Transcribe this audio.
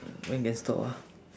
when can stop ah